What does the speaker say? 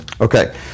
Okay